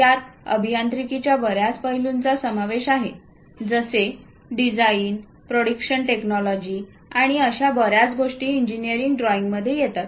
यात अभियांत्रिकीच्या बऱ्याच पैलूंचा समावेश आहे जसे डिझाइन प्रोडक्शन टेक्नोलॉजी आणि अशा बर्याच गोष्टी इंजिनिअरिंग ड्रॉइंग मध्ये येतात